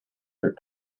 their